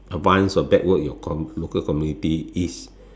advance or your comm~ your local communities is